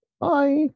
Bye